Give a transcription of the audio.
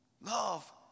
Love